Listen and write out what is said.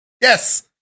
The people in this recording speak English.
Yes